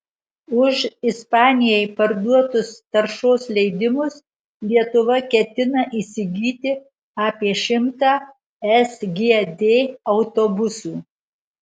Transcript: už ispanijai parduotus taršos leidimus lietuva ketina įsigyti apie šimtą sgd autobusų